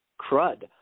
crud